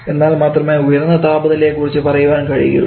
എന്നാൽ മാത്രമേ ഉയർന്ന താപനിലയെ കുറിച്ച് പറയാൻ കഴിയുകയുള്ളു